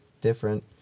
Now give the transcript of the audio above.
different